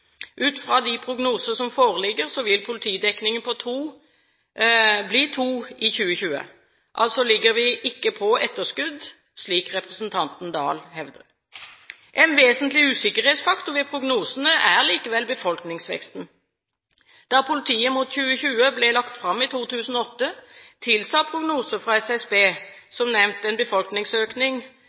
Ut fra de prognoser som foreligger, vil politidekningen bli to per 1 000 i 2020. Vi ligger altså ikke på etterskudd, slik representanten Oktay Dahl hevder. En vesentlig usikkerhetsfaktor ved prognosene er likevel befolkningsveksten. Da «Politiet mot 2020» ble lagt fram i 2008, tilsa prognoser fra SSB, som nevnt, en befolkningsøkning